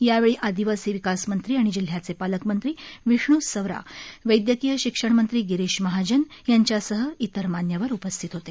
यावेळी आदिवासी विकास मंत्री आणि जिल्ह्याचे पालकमंत्री विष्णू सवरा वैदयकीय शिक्षण मंत्री गिरीश महाजन यांच्यासह इतर मान्यवर उपस्थित होते